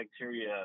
bacteria